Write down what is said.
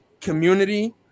community